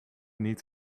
niet